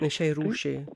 šiai rūšiai